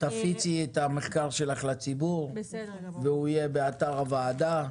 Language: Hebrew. המחקר יהיה באתר הוועדה.